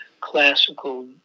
classical